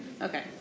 okay